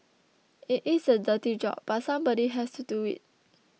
it is a dirty job but somebody has to do it